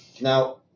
Now